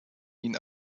ihn